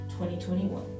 2021